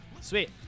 Sweet